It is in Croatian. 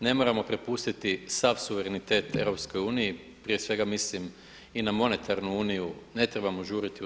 Ne moramo prepustiti sav suverenitet EU, prije svega mislim i na monetarnu uniju, ne trebamo žuriti u to.